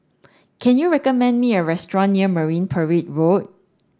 can you recommend me a restaurant near Marine Parade Road